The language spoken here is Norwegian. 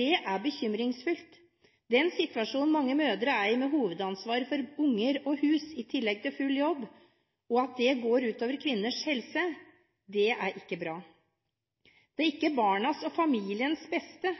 Det er bekymringsfullt. Den situasjonen mange mødre er i, med hovedansvar for barn og hus i tillegg til full jobb, går ut over kvinners helse, og det er ikke bra. Det er ikke til barnas og familiens beste